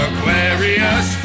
Aquarius